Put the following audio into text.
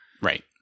right